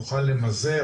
נוכל למזער,